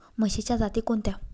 म्हशीच्या जाती कोणत्या?